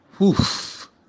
Oof